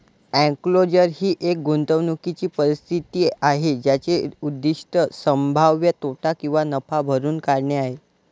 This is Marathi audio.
एन्क्लोजर ही एक गुंतवणूकीची परिस्थिती आहे ज्याचे उद्दीष्ट संभाव्य तोटा किंवा नफा भरून काढणे आहे